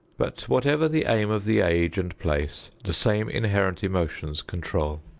but whatever the aim of the age and place, the same inherent emotions control.